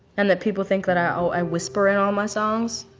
and that people think that, oh, i whisper in all my songs.